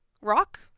rock